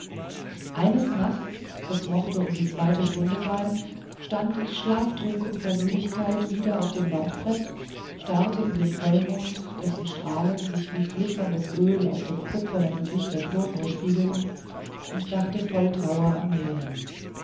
eines nachts es mochte um die zweite stunde sein stand ich schlaftrunken vor müdigkeit wieder auf dem wandbrett starrte in den vollmond dessen strahlen sich wie glitzerndes öl auf dem kupfernen gesicht der turmuhr spiegelten und dachte voll trauer an